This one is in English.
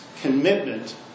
commitment